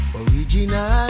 original